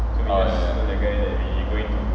oh ya ya